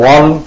One